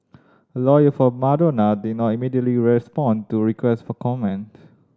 a lawyer for Madonna did not immediately respond to request for comment